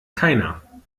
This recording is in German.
keiner